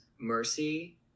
mercy